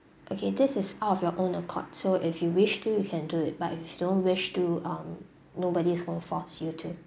okay this is out of your own accord so if you wish to you can do it but you don't wish to um nobody is gonna force you to